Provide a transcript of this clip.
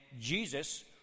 Jesus